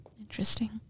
interesting